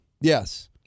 Yes